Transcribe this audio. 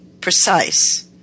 precise